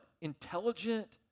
intelligent